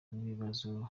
n’ibibazo